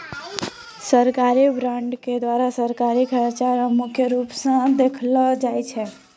सरकारी बॉंडों के द्वारा सरकारी खर्चा रो मुख्य रूप स देखलो जाय छै